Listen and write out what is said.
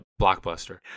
blockbuster